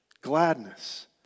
gladness